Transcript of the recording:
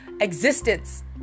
existence